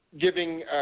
giving